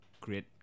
great